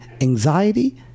anxiety